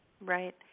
right